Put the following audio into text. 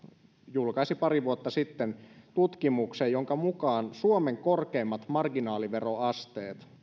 julkaisi pari vuotta sitten tutkimuksen jonka mukaan suomen korkeimmat marginaaliveroasteet